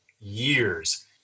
years